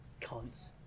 Cunts